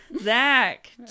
Zach